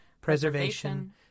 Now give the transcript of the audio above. preservation